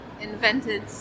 invented